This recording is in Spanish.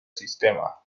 sistema